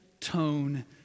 tone